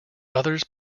others